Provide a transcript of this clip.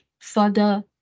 further